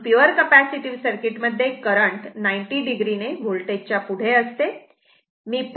म्हणून pure capacitive circuit मध्ये current 90 o ने व्होल्टेज च्या पुढे असते